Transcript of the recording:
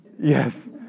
Yes